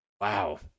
Wow